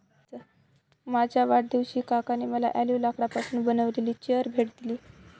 माझ्या वाढदिवशी काकांनी मला ऑलिव्ह लाकडापासून बनविलेली चेअर भेट दिली